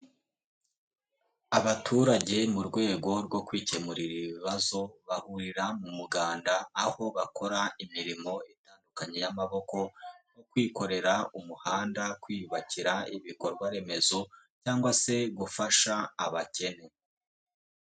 Abaturage mu rwego rwo kwikemurira ibibazo, bahurira mu muganda aho bakora imirimo itandukanye y'amaboko nko kwikorera umuhanda, kwiyubakira ibikorwa remezo, cyangwa se gufasha abakene.